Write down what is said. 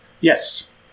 Yes